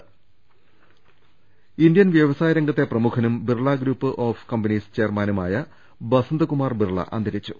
Birla Indian വൃവസായരംഗത്തെ പ്രമുഖനും Birla group of companies ചെയർമാനുമായ ബസന്ത്കുമാർ ബിർള അന്തരി ച്ചു